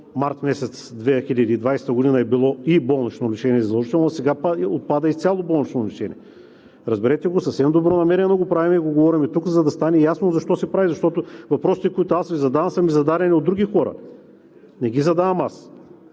март 2020 г. е било задължително „и болнично лечение“, а сега отпада изцяло „болнично лечение“. Разберете го, съвсем добронамерено го правим и го говорим тук, за да стане ясно защо се прави. Защото въпросите, които аз Ви задавам, са ми зададени от други хора, не ги задавам аз.